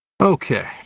Okay